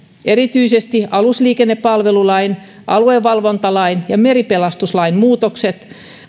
erityisesti alusliikennepalvelulain aluevalvontalain ja meripelastuslain muutokset